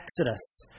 Exodus